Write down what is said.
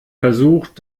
versucht